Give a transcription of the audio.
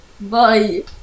bye